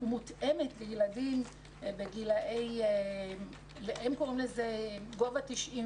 ומותאמת לילדים - הם קוראים לזה גובה 95